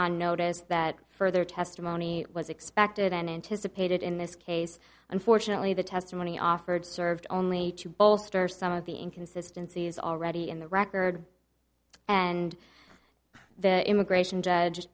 on notice that further testimony was expected an anticipated in this case unfortunately the testimony offered served only to bolster some of the inconsistency is already in the record and the immigration judge